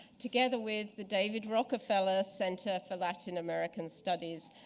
together with the david rockefeller center for latin american studies.